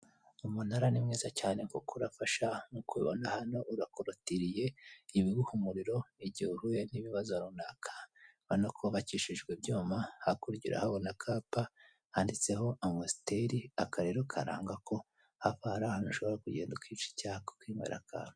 Umunara ni mwiza cyane ko kuko urafasha, mubona hano urakorotiriye, ibiguha umuriro igihe uhuye n'ibibazo runaka banakubakishije ibyuma, hakurya urahabona akapa handitseho amasiteri aka rero karanga ko hafi aha hari ahantu ushobora kugenda, ukica icyaka ukinywera akanu.